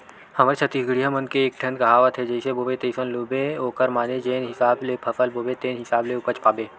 हमर छत्तीसगढ़िया मन के एकठन कहावत हे जइसे बोबे तइसने लूबे ओखर माने जेन हिसाब ले फसल बोबे तेन हिसाब ले उपज पाबे